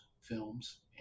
films